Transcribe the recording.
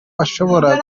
hashobora